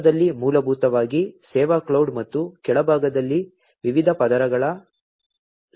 ಕೇಂದ್ರದಲ್ಲಿ ಮೂಲಭೂತವಾಗಿ ಸೇವಾ ಕ್ಲೌಡ್ ಮತ್ತು ಕೆಳಭಾಗದಲ್ಲಿ ವಿವಿಧ ಪದರಗಳ ಸ್ಟಾಕ್ ಇದೆ